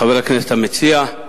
חבר הכנסת המציע,